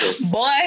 Boy